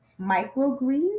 microgreens